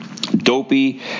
Dopey